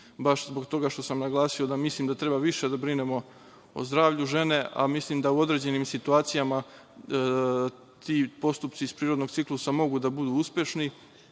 Baš zbog toga što sam naglasio da mislim da treba više da brinemo o zdravlju žene, a mislim da u određenim situacijama ti postupci iz prirodnog ciklusa mogu da budu uspešni.